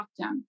lockdown